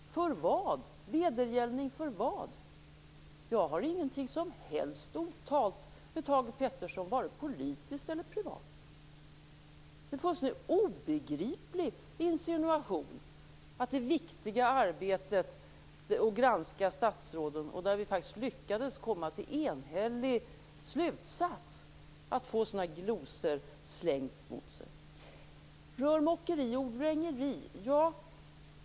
Vedergällning för vad? Jag har ingenting som helst otalt med Thage G Peterson, vare sig politiskt eller privat. Det är en fullständigt obegriplig insinuation om det viktiga arbetet att granska statsråden. Vi lyckades faktiskt komma till en enhällig slutsats, och sedan får man sådana glosor slängda mot sig. Pär-Axel Sahlberg talar om rörmokeri och ordvrängeri.